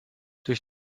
durch